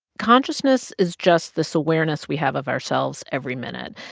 consciousness is just this awareness we have of ourselves every minute.